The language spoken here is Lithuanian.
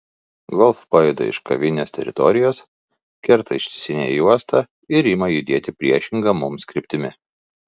golf pajuda iš kavinės teritorijos kerta ištisinę juostą ir ima judėti priešinga mums kryptimi